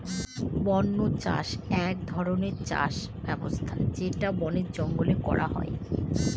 বন্য চাষ এক ধরনের চাষ ব্যবস্থা যেটা বনে জঙ্গলে করা হয়